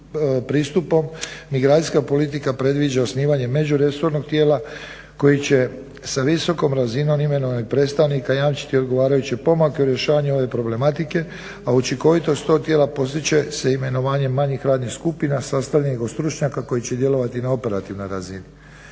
pristupom migracijska politika predviđa osnivanje međuresornog tijela koji će sa visokom razinom imenovanjem predstavnika jamčiti odgovarajuće pomake u rješavanju ove problematike, a učinkovitost tog tijela postići će se imenovanjem manjih radnih skupina sastavljenih od stručnjaka koji će djelovati na operativnoj razini.